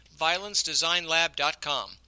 violencedesignlab.com